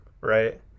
right